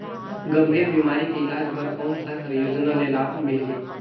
गंभीर बीमारी के इलाज बर कौन सा योजना ले लाभ मिलही?